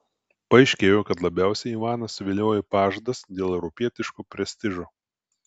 paaiškėjo kad labiausiai ivaną suviliojo pažadas dėl europietiško prestižo